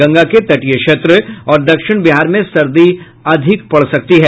गंगा के तटीय क्षेत्र और दक्षिण बिहार में सर्दी अधिक पड़ सकती है